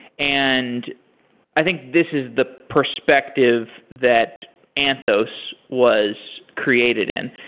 and i think this is the perspective that anthos was created in.